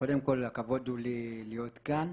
קודם כל הכבוד הוא לי להיות כאן.